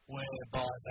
Whereby